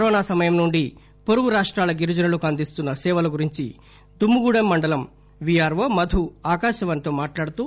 corona సమయం నుంచి వొరుగ రాష్టాల గిరిజనులకు అందిస్తున్న సేవల గురించి దుమ్ము గూడెం మండలం V R O Madhu Akashvani తో మాట్లాడుతూ